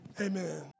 Amen